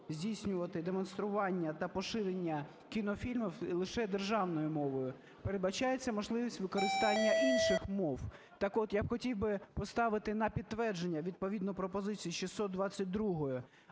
здійснювати демонстрування та поширення кінофільмів лише державною мовою, передбачається можливість використання інших мов. Так от я хотів би поставити на підтвердження відповідну пропозицію 622-ї.